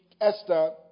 Esther